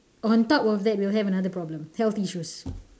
on top of that we'll have another problem health issues